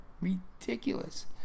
ridiculous